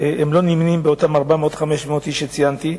הם לא נמנים בתוך אותם 400, 500 איש שציינתי.